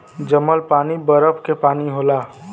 जमल पानी बरफ के पानी होला